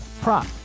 prop